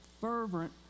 fervent